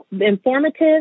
informative